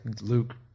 Luke